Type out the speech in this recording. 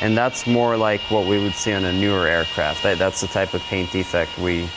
and that's more like what we would see on a newer aircraft. that's the type of paint defect we